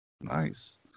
Nice